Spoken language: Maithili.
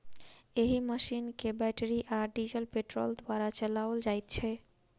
एहि मशीन के बैटरी आ डीजल पेट्रोल द्वारा चलाओल जाइत छै